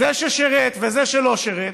זה ששירת וזה שלא שירת,